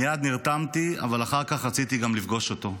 מייד נרתמתי, אבל אחר כך רציתי גם לפגוש אותו.